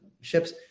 ships